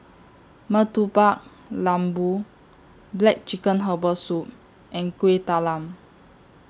Murtabak Lembu Black Chicken Herbal Soup and Kueh Talam